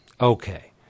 Okay